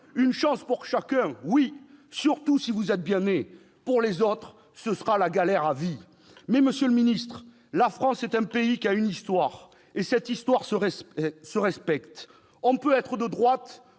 une chance pour chacun, oui, surtout, si vous êtes bien né ; pour les autres, ce sera la galère à vie ! Monsieur le ministre, la France est un pays qui a une histoire, et cette histoire se respecte. On peut être de droite